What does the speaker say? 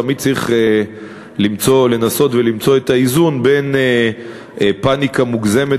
תמיד צריך לנסות למצוא את האיזון בין פניקה מוגזמת